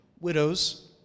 widows